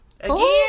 Again